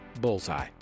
bullseye